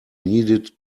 needed